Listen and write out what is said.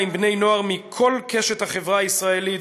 עם בני-נוער מכל קשת החברה הישראלית.